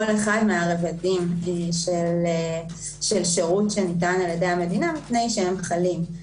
אחד מהרבדים של שירות שניתן על-ידי המדינה מפני שהם חלים,